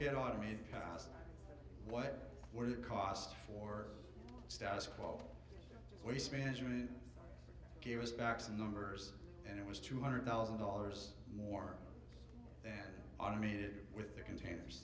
get automated past what were the cost for status quo waste management give us back some numbers and it was two hundred thousand dollars more than automated with the containers